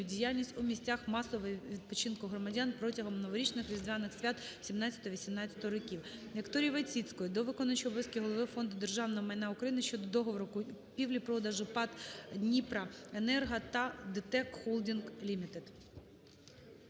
діяльність у місцях масового відпочинку громадян протягом новорічно-різдвяних свят 2017/2018 років. ВікторіїВойціцької до виконуючого обов’язки голови Фонду державного майна України щодо договору купівлі-продажу ПАТ "Дніпроенерго" та ДТЕК ХОЛДІНГЗ ЛІМІТЕД.